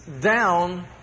down